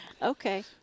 Okay